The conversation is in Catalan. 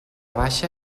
baixa